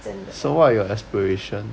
真的